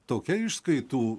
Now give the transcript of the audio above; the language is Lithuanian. tokia išskaitų